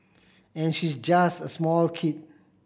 and she's just a small kid